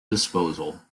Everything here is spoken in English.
disposal